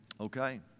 Okay